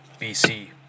BC